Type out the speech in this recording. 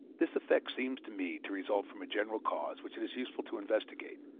this effect seems to me to result from a general cause which it is useful to investigate,